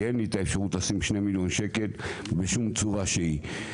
כי אין לי את האפשרות לשים שני מיליון שקל בשום צורה שהיא.